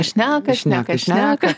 šneka šneka šneka